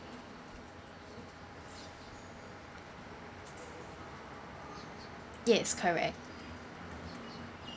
yes correct